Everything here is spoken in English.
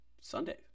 Sunday